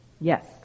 Yes